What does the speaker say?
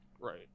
Right